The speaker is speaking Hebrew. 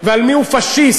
ועל מיהו פאשיסט,